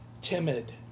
timid